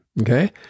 okay